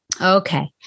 Okay